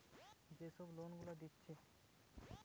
পড়াশোনার লিগে যে সব লোন গুলা দিতেছে